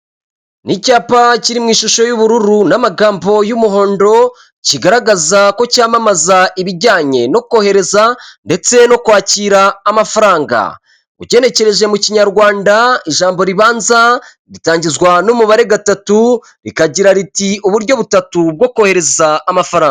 Ni icyapa kiri mu ishusho y'ubururu n'amagambo y'umuhondo, kigaragaza ko cyamamaza ibijyanye no kohereza ndetse no kwakira amafaranga. Ugekerekereje mu Kinyarwanda ijambo ribanza ritangizwa n'umubare gatatu, rikagira riti uburyo butatu bwo kohereza amafaranga.